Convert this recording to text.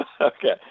Okay